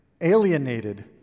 alienated